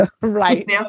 right